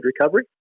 recovery